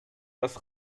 das